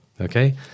okay